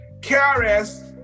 KRS